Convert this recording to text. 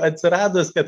atsiradus kad